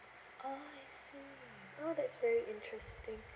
oh I see oh that's very interesting